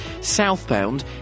Southbound